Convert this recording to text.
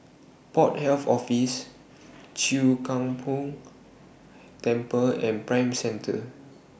Port Health Office Chwee Kang Beo Temple and Prime Centre